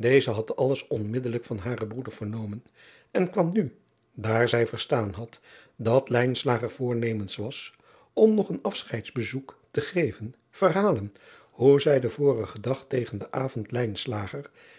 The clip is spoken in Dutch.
eze had alles onmiddellijk van haren broeder vernomen en kwam nu daar zij verstaan had dat driaan oosjes zn et leven van aurits ijnslager voornemens was om nog een afscheidsbezoek te geven verhalen hoe zij den vorigen dag tegen den avond